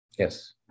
Yes